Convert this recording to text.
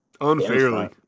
Unfairly